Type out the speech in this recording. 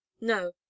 no